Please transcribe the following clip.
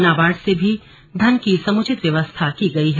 नाबार्ड से भी धन की समुचित व्यवस्था की गई है